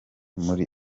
muri